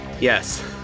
yes